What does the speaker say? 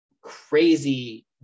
crazy